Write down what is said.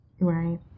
Right